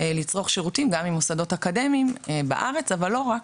לצרוך שירותים גם עם מוסדות אקדמיים בארץ אבל לא רק.